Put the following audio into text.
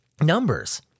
numbers